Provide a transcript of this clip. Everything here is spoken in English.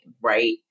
right